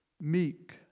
meek